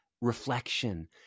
reflection